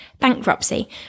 Bankruptcy